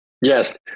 Yes